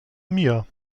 mia